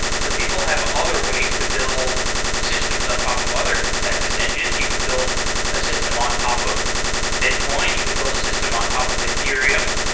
so people have other other ways to build systems on top of other consensus engines. you could build a system on top of bitcoin. you could build a system on top of ethereum.